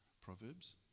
Proverbs